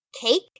cake